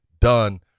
done